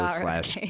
slash